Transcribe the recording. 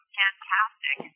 fantastic